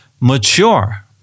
mature